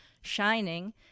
shining